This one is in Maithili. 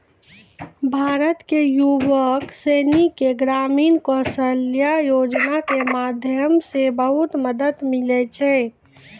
भारत के युवक सनी के ग्रामीण कौशल्या योजना के माध्यम से बहुत मदद मिलै छै